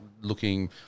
looking